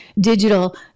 Digital